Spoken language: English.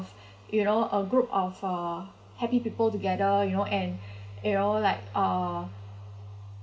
of you know a group of uh happy people together you know and you know like uh